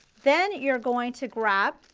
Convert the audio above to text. then you are going to grab